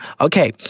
Okay